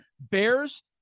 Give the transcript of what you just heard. Bears